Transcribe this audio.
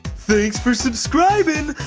thanks for subscribing!